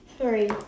three